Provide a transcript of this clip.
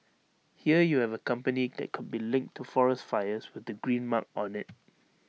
here you have A company that could be linked to forest fires with the green mark on IT